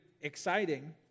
exciting